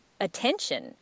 attention